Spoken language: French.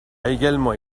également